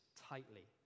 tightly